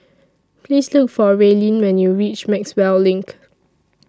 Please Look For Raelynn when YOU REACH Maxwell LINK